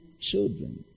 children